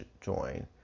join